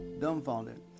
dumbfounded